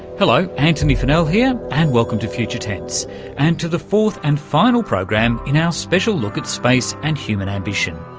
hello antony funnell here, and welcome to future tense and to the fourth and final programme in ah our look at space and human ambition.